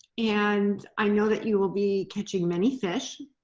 and i know that you will be catching many fish